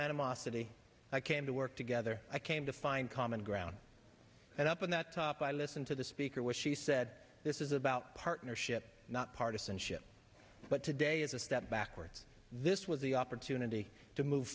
animosity i came to work together i came to find common ground and up in that top i listen to the speaker when she said this is about partnership not partisanship but today is a step backwards this was the opportunity to move